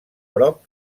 prop